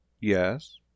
yes